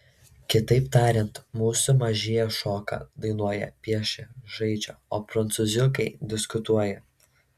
kitaip tariant mūsų mažieji šoka dainuoja piešia žaidžia o prancūziukai diskutuoja